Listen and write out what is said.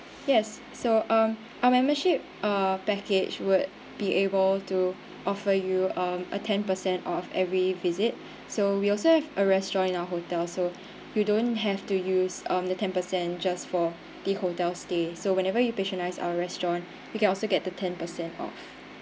yes so um our membership uh package would be able to offer you um a ten percent off every visit so we also have a restaurant in our hotel so you don't have to use um the ten percent just for the hotel stay so whenever you patronize our restaurant you can also get the ten percent off